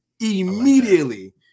immediately